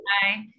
Hi